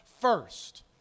first